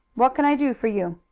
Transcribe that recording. what can i do for you?